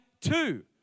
two